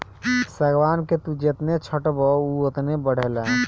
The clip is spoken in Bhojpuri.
सागवान के तू जेतने छठबअ उ ओतने बढ़ेला